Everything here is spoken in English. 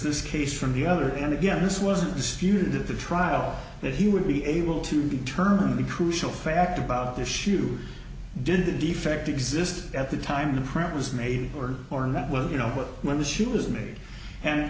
this case from the other and again this wasn't disputed that the trial that he would be able to determine the crucial fact about the issue did the defect exist at the time the print was made or torn that was you know what when the she was made and